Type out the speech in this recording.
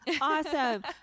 awesome